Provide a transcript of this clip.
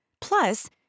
Plus